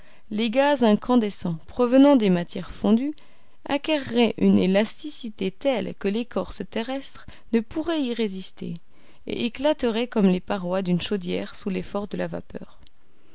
les gaz incandescents provenant des matières fondues acquerraient une élasticité telle que l'écorce terrestre ne pourrait y résister et éclaterait comme les parois d'une chaudière sous l'effort de la vapeur